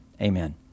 Amen